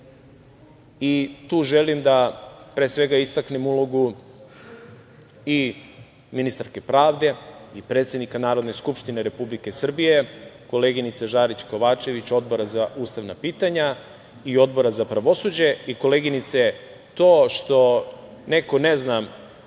istaknem, pre svega, ulogu i ministarke pravde i predsednika Narodne skupštine Republike Srbije, koleginice Žarić Kovačević, Odbora za ustavna pitanja i Odbora za pravosuđe. Koleginice, to što neko ne zna